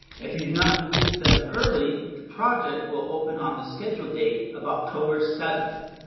if you do not complete them early, the project will open on the scheduled date of october seventh.